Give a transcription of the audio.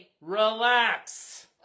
Relax